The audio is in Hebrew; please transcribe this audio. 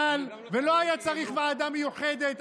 ולא היה צריך ועדה מיוחדת,